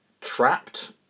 trapped